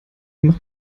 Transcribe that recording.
macht